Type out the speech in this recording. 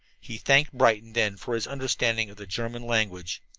he thanked brighton then for his understanding of the german language.